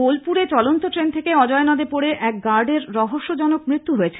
বোলপুরে চলন্ত ট্রেন থেকে অজয় নদে পড়ে এক গার্ডের রহস্যজনক মৃত্যু হয়েছে